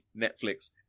Netflix